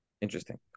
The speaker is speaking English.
interesting